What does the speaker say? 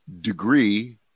degree